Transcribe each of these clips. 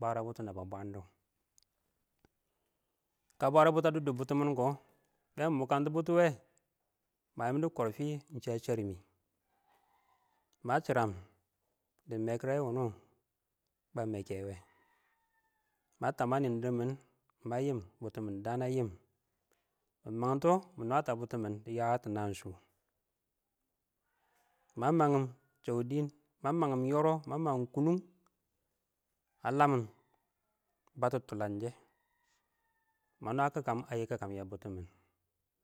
Bwara butɔ naba bwan dɔ kə bwəreə butɔ ə dʊddʊb bʊtɔmɪn kɔ bɛ mʊkəntʊ butɔ wɛ bə yɪmdʊ kɔrfɪ shɪ ə shɛrɪ kɪ mə shɪrəm dɪ mɛkɪre̱ wʊnʊ mə mɛkɪyɛwɛ mə tam ə nɪndɪr mɪn ma yɪm bʊtʊmɪn dən ə yɪm mɪ məngtɔ mɪ nətɔ ə bʊtʊmɪn. Dɪ ƴətʊ nən shʊ mən səu dɪn mə məng yɔrɔ mə məng kʊnʊ ə ləmɪn bətʊ tʊləngshɪn mə nwəkɪƙən ə yɪkəkəm yɛ bʊtʊmɪn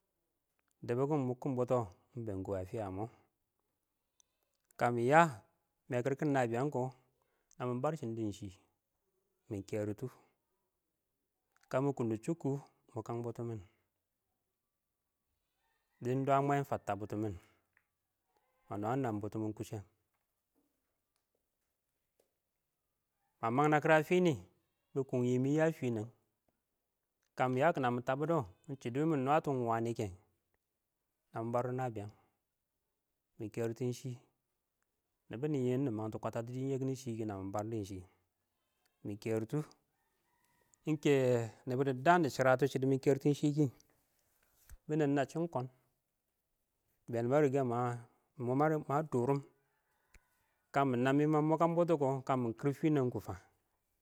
dɛbɪkɪn mʊkɪn bʊtʊ ɪn bɛn kɔ ə fɪyə mɔ, kə mɪyə mɛkɪrkɪn nəbɪyən kɔ nə mə bərsɪn dɪ shɪ mɛ kerɪtɪshɪ kə mʊ kʊm dɪ chʊb kʊ mʊkəm bʊtʊmɪn dɪn dwən mwɛ fəttɪn ə bʊtʊmɪn mə nwənwə bʊtʊmɪn kʊshɪ ma mang nakɪr a fini kabɪ kungi mɪ ya finan ksə mɪ yə kɔ nami tabudɔ ɪng shɪdɔ wɪɪn mɪ nwətɔ ɪng wani kɛ nə mɪ bər ddɪ nəbɪyəng mɪ kertu ɪng keshɪ nɪbɪn nɪyɛ nɪ məngtɔ kwətətɔ yɛshɪ, nə mɪ bərshɪn dɪ shɪ mi kertɔ ɪnkɛ nɪbbʊ dɪ dən shɪ dɪ shɪrətu shɪdɪ mɪ kɛrɪtʊ shɪ bɪne̱n nən sɪn kɔn bɛrɛ bə rɪgən mɔ mə dʊrʊm kə mɪ na̱n mɪ mɪ mʊkən bʊtʊ kɔ kə mɪ kmɪr fɪnɛn kʊ fə.